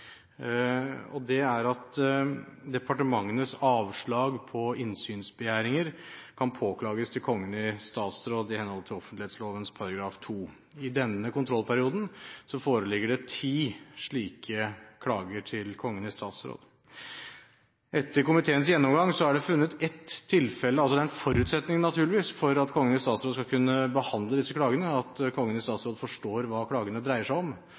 seg. Det er at departementenes avslag på innsynsbegjæringer kan påklages til Kongen i statsråd i henhold til offentlighetsloven § 2. I denne kontrollperioden foreligger det ti slike klager til Kongen i statsråd. For at Kongen i statsråd skal kunne behandle disse klagene, er det naturligvis en forutsetning at Kongen i statsråd forstår hva klagene dreier seg om.